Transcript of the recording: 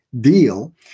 deal